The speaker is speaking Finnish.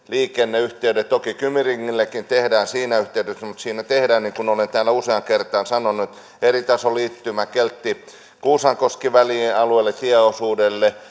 liikenneyhteydet toki kymi ringillekin tehdään siinä yhteydessä mutta siinä tehdään niin kuin olen täällä useaan kertaan sanonut eritasoliittymä keltti kuusankoski välin alueelle tieosuudelle